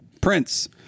prince